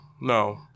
no